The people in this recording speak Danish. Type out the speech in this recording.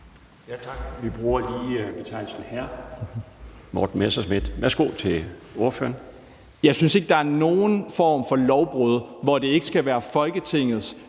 Jeg synes ikke, der er nogen form for lovbrud, hvor det ikke skal være Folketingets